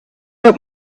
out